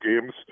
games